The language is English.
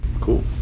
Cool